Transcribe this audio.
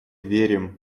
верим